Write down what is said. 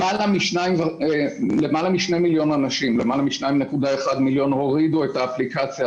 למעלה מ-2.1 מיליון אנשים הורידו את האפליקציה.